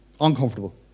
Uncomfortable